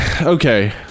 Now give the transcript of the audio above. Okay